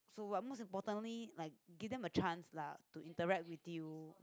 so like most importantly like give them a chance lah to interact with you